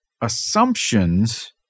assumptions